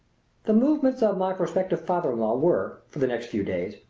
the movements of my prospective father-in-law were, for the next few days,